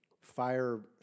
fire